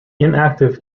inactive